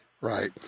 Right